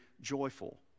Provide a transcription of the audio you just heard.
joyful